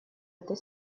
этой